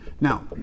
Now